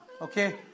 Okay